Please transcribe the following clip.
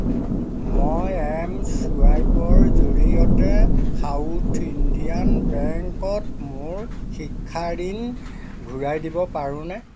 মই এম চুৱাইপৰ জৰিয়তে সাউথ ইণ্ডিয়ান বেংকত মোৰ শিক্ষা ঋণ ঘূৰাই দিব পাৰোনে